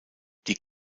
die